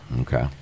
okay